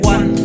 One